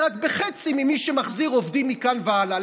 רק בחצי ממי שמחזיר עובדים מכאן והלאה.